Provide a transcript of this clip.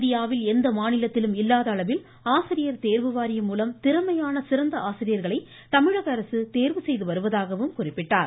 இந்தியாவில் எந்த மாநிலத்திலும் இல்லாத அளவில் ஆசிரியர் தேர்வு வாரியம் மூலம் திறமையான சிறந்த ஆசிரியர்களை தமிழகஅரசு தேர்வு செய்து வருவதாகவும் குறிப்பிட்டார்